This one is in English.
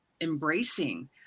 embracing